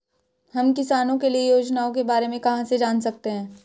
हम किसानों के लिए योजनाओं के बारे में कहाँ से जान सकते हैं?